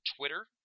Twitter